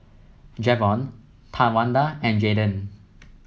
Javon Tawanda and Jaiden